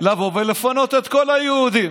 לבוא ולפנות את כל היהודים